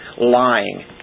lying